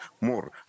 more